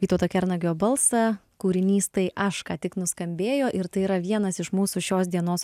vytauto kernagio balsą kūrinys tai aš ką tik nuskambėjo ir tai yra vienas iš mūsų šios dienos